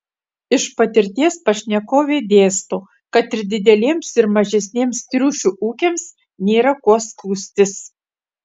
iš patirties pašnekovė dėsto kad ir dideliems ir mažesniems triušių ūkiams nėra kuo skųstis